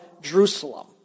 Jerusalem